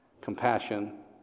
Compassion